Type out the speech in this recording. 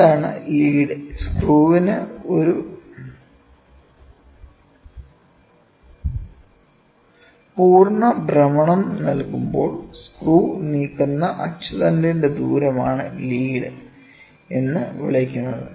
എന്താണ് ലീഡ് സ്ക്രൂവിന് ഒരു പൂർണ്ണ ഭ്രമണം നൽകുമ്പോൾ സ്ക്രൂ നീക്കുന്ന അച്ചുതണ്ടിന്റെ ദൂരമാണ് ലീഡ് എന്ന് വിളിക്കുന്നത്